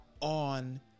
on